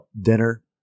dinner